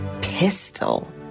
pistol